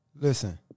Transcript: Listen